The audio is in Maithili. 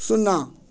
सुन्ना